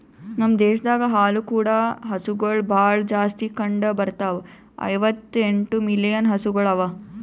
ನಮ್ ದೇಶದಾಗ್ ಹಾಲು ಕೂಡ ಹಸುಗೊಳ್ ಭಾಳ್ ಜಾಸ್ತಿ ಕಂಡ ಬರ್ತಾವ, ಐವತ್ತ ಎಂಟು ಮಿಲಿಯನ್ ಹಸುಗೊಳ್ ಅವಾ